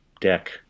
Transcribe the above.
deck